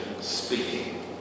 speaking